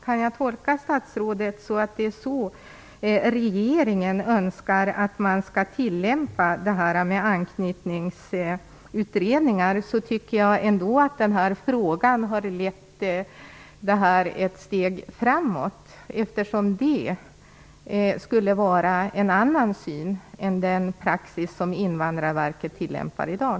Kan jag tolka statsrådet på det sättet, att det är så regeringen önskar att man skall tillämpa anknytningsutredningar, tycker jag att den här frågan har lett ärendet ett steg framåt, eftersom det skulle vara en annan syn än den praxis som Invandrarverket tillämpar i dag.